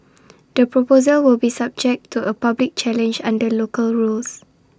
the proposal will be subject to A public challenge under local rules